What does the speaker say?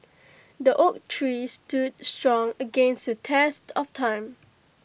the oak tree stood strong against the test of time